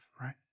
right